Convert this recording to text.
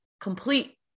complete